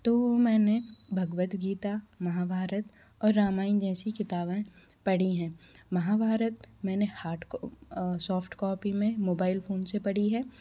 तो वो मैंने भगवद् गीता महाभारत और रामायन जैसी किताबें पड़ी हैं महाभारत मैंने हार्डकॉ सॉफ्ट कॉपी में मोबाइल फ़ोन से पड़ी है